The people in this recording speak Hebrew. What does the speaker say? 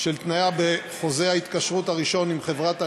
של תניה בחוזה ההתקשרות הראשון עם חברת הניהול,